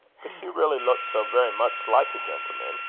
but hugh really looked so very much like a gentleman,